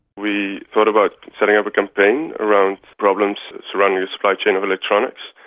we thought about setting up a campaign around problems surrounding the supply chain of electronics,